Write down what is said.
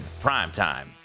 Primetime